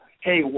hey